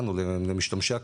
לנו למשתמשי הקצה,